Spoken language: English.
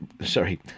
Sorry